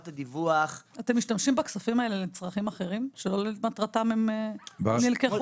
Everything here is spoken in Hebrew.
אתם משתמשים בכספים האלה לצרכים אחרים שלא למטרתם הם נלקחו?